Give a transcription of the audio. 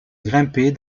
grimper